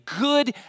good